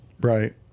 Right